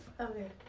Okay